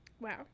Wow